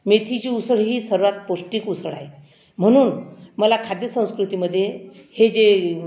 मेथीची उसळ ही सर्वात पौष्टिक उसळ आहे म्हणून मला खाद्यसंस्कृतीमध्ये हे जे